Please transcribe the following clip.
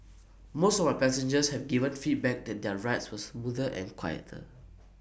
most of my passengers have given feedback that their rides were smoother and quieter